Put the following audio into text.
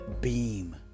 beam